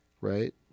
right